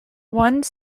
one